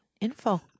info